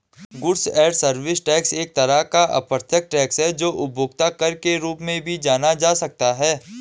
goods and service tax एक तरह का अप्रत्यक्ष टैक्स है जो उपभोक्ता कर के रूप में भी जाना जा सकता है